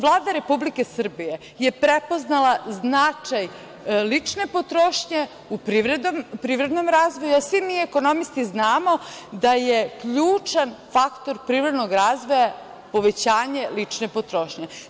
Vlada Republike Srbije je prepoznala značaj lične potrošnje u privrednom razvoju, a svi mi ekonomisti znamo da je ključan faktor privrednog razvoja povećanje lične potrošnje.